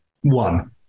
One